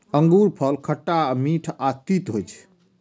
अंगूरफल खट्टा, मीठ आ तीत होइ छै